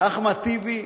אחמד טיבי,